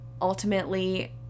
ultimately